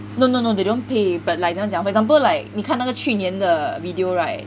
no no no they don't pay but like 怎么样讲 for example like 你看那个去年的 video right